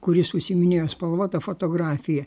kuris užsiiminėjo spalvota fotografija